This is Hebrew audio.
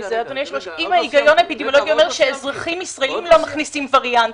אם ההיגיון האפידמיולוגי אומר שאזרחים ישראלים לא מכניסים ווריאנטים,